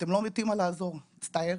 אתם לא מתים על לעזור, מצטערת.